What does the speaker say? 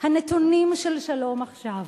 הנתונים של "שלום עכשיו"